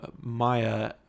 maya